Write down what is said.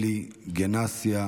אלי גנסיה,